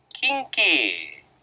Kinky